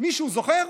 מישהו זוכר,